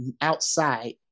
outside